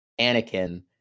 Anakin